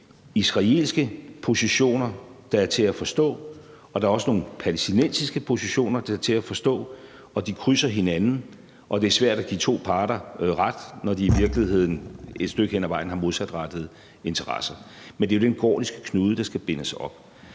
israelske positioner, der er til at forstå, og at der også er nogle palæstinensiske positioner, der er til at forstå, og de krydser hinanden, og det er svært at give to parter ret, når de i virkeligheden et stykke hen ad vejen har modsatrettede interesser. Men det er jo den gordiske knude, der skal bindes op.